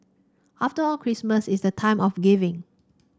after all Christmas is the time of giving